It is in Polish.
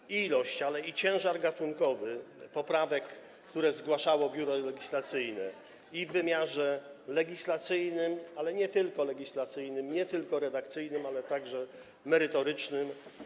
Chodzi i o ilość, ale i o ciężar gatunkowy poprawek, które zgłaszało Biuro Legislacyjne, w wymiarze legislacyjnym, ale nie tylko legislacyjnym, nie tylko redakcyjnym, także w wymiarze merytorycznym.